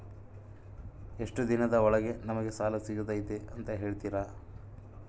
ಎಷ್ಟು ದಿನದ ಒಳಗೆ ನಮಗೆ ಸಾಲ ಸಿಗ್ತೈತೆ ಅಂತ ಹೇಳ್ತೇರಾ?